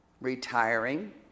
retiring